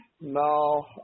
No